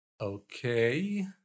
okay